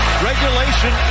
Regulation